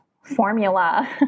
formula